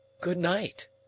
Good-night